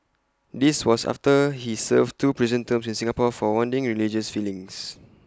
this was after he served two prison terms in Singapore for wounding religious feelings